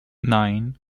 nine